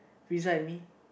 Friza and me